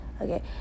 okay